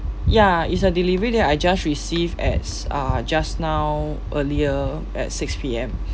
ya it's a delivery that I just received at uh just now earlier at six P_M